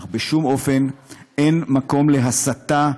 אך בשום אופן אין מקום להסתה,